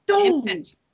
Infant